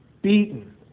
beaten